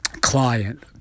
client